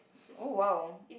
oh !wow!